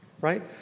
right